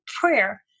prayer